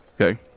Okay